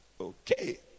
Okay